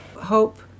hope